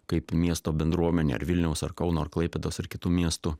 kaip miesto bendruomenė ar vilniaus ar kauno klaipėdos ir kitų miestų